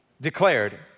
declared